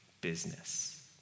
business